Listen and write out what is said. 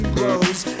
grows